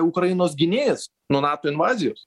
ukrainos gynėjas nuo nato invazijos